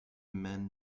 man